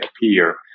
appear